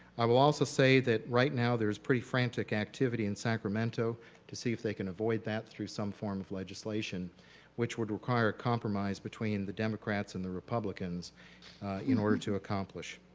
i will also say that right now, there is pretty frantic activity in sacramento to see if they can avoid that through some form of legislation which would require a compromise between the democrats and the republicans in order to accomplish.